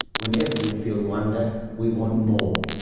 whenever we feel wonder we want more.